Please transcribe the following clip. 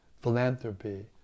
philanthropy